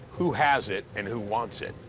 who has it, and who wants it?